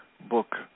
book